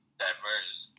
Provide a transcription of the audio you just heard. diverse